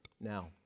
Now